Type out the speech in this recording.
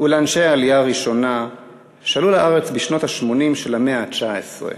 ולאנשי העלייה הראשונה שעלו לארץ בשנות ה-80 של המאה ה-19.